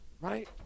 Right